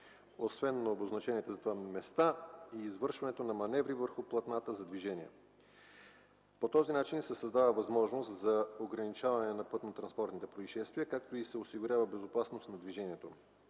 освен на обозначените за това места и извършването на маневри върху платната за движение. По този начин се създава възможност за ограничаване на пътно-транспортните произшествия, както и се осигурява безопасност на движението.